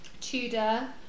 Tudor